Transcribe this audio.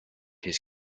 his